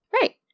Right